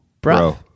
Bro